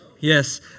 Yes